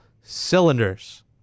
cylinders